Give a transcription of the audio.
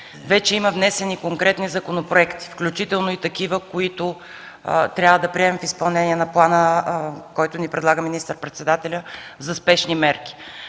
Вече има внесени конкретни законопроекти, включително и такива, които трябва да приемем в изпълнение на плана, който ни предлага министър-председателят, за спешни мерки.